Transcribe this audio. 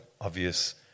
obvious